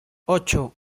ocho